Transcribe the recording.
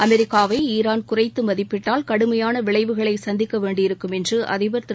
அமெரிக்காவை ஈரான் குறைத்து மதிப்பிட்டால் கடுமையான விளைவுகளை சந்திக்க வேண்டியிருக்கும் என்று அதிபர் திரு